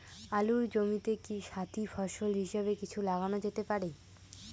আলুর জমিতে কি সাথি ফসল হিসাবে কিছু লাগানো যেতে পারে?